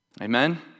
Amen